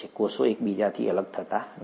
કોષો એકબીજાથી અલગ થતા નથી